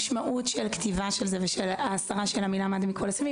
שהמשמעות של כתיבה של זה ושל ההסרה של המילה "מד"א" מכל ההסכמים,